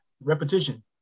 Repetition